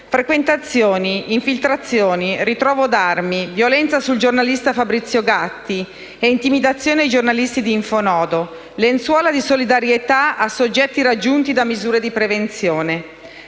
frequentazioni, infiltrazioni, ritrovamenti di armi, violenza sul giornalista Fabrizio Gatti e intimidazioni ai giornalisti di «Infonodo», lenzuola di solidarietà a soggetti raggiunti da misure di prevenzione.